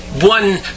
one